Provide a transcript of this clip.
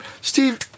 Steve